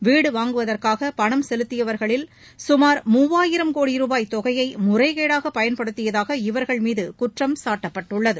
வீடு வாங்குவதற்காக பணம் செலுத்தியவர்களின் சுமார் மூவாயிரம் கோடி சூபாய் தொகையை முறைகேடாக பயன்படுத்தியதாக இவர்கள் மீது குற்றம் சாட்டப்பட்டுள்ளது